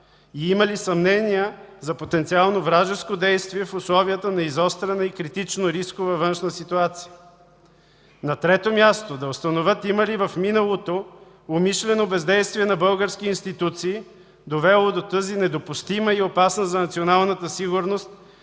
и има ли съмнения за потенциално вражеско действие в условията на изострена и критично рискова външна ситуация? На трето място, да установят има ли в миналото умишлено бездействие на български институции, довело до тази недопустима и опасна за националната сигурност